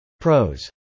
Pros